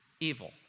evil